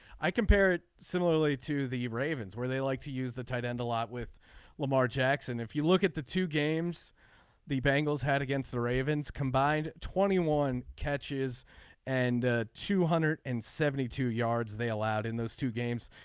i compare it similarly to the ravens where they like to use the tight end a lot with lamar jackson. if you look at the two games the bengals had against the ravens combined twenty one catches and two hundred and seventy two yards. they allowed in those two games.